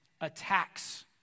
attacks